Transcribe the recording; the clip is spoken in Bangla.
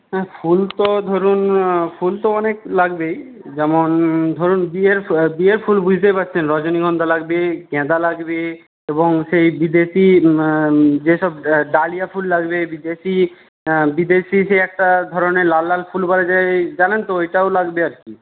হ্যাঁ ফুল তো ধরুন ফুল তো অনেক লাগবেই যেমন ধরুন বিয়ের বিয়ের ফুল বুঝতেই পারছেন রজনীগন্ধা লাগবে গেঁদা লাগবে এবং সেই বিদেশী যে সব ডালিয়া ফুল লাগবে বিদেশী বিদেশী যে একটা ধরনের লাল লাল ফুল পাওয়া যায় জানেন তো ওইটাও লাগবে আর কি